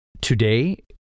Today